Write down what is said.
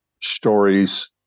stories